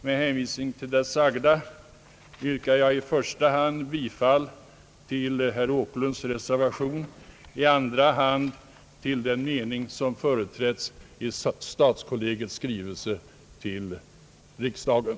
Med hänvisning till det sagda yrkar jag i första hand bifall till herr Åkerlunds reservation, i andra hand till den mening som företrätts i stadskollegiets skrivelse till riksdagen.